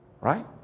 right